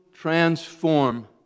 transform